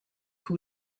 who